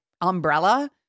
umbrella